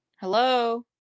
Hello